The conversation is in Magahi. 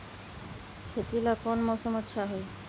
खेती ला कौन मौसम अच्छा होई?